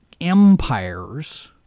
empires